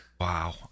Wow